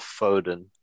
Foden